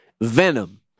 Venom